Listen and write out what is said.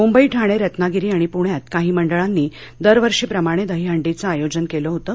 मुंबई ठाणे रत्नागिरी आणि प्ण्यात काही मंडळांनी दरवर्षी प्रमाणे दहीहंडीचं आयोजन केलं होतं